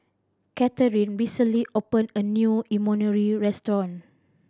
Cathrine recently opened a new Imoni restaurant